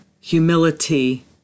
humility